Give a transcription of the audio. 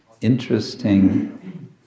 interesting